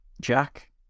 Jack